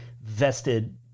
vested